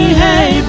hey